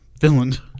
Finland